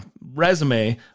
resume